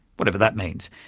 whatever that means.